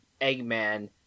Eggman